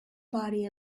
body